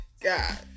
God